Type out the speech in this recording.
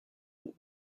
hauts